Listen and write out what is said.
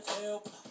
help